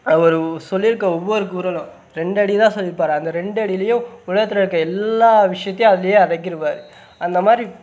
அவர் உ சொல்லிருக்க ஒவ்வொரு குறளும் ரெண்டடிதான் சொல்லியிருப்பாரு அந்த ரெண்டடிலியும் உலகத் இருக்கற எல்லா விஷயத்தையும் அதுலையே அடக்கியிருப்பாரு அந்தமாதிரி